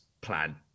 plan